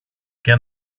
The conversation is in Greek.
και